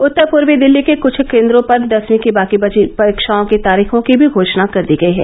उत्तर पूर्वी दिल्ली के कुछ केन्द्रो पर दसवीं की बाकी बची परीक्षाओं की तारीखों की भी घोषणा कर दी गई है